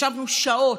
ישבנו שעות,